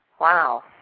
Wow